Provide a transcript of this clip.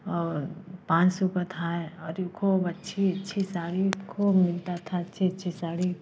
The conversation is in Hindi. और पाँच सौ का था और खूब अच्छी अच्छी साड़ी खूब मिलती थी खूब अच्छी अच्छी साड़ी